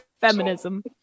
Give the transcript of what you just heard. feminism